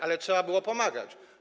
Ale trzeba było pomagać.